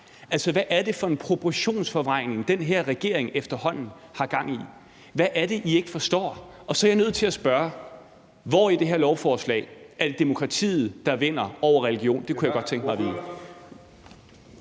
Altså, hvad er det for en proportionsforvrængning, den her regering efterhånden har gang i? Hvad er det, I ikke forstår? Og så er jeg nødt til at spørge: Hvor i det her lovforslag er det demokratiet, der vinder over religion? Det kunne jeg godt tænke mig at vide.